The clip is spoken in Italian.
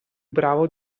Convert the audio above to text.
bravo